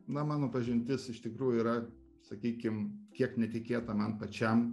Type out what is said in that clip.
na mano pažintis iš tikrųjų yra sakykim kiek netikėta man pačiam